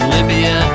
Libya